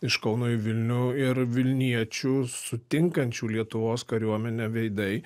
iš kauno į vilnių ir vilniečių sutinkančių lietuvos kariuomenę veidai